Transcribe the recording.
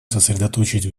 сосредоточить